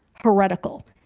heretical